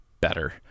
better